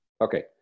okay